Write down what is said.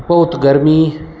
बहुत गर्मी